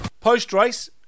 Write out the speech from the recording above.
Post-race